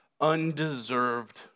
undeserved